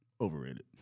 Overrated